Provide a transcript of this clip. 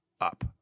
up